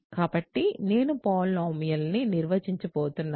కాబట్టి నేను పాలినామియల్ని నిర్వచించబోతున్నాను